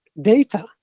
data